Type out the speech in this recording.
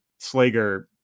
Slager